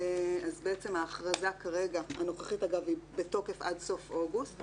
אז בעצם ההכרזה הנוכחית היא בתוקף עד סוף אוגוסט,